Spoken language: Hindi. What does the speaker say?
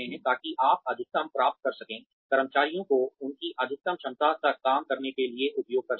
ताकि आप अधिकतम प्राप्त कर सकें कर्मचारियों को उनकी अधिकतम क्षमता तक काम करने के लिए उपयोग कर सकें